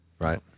right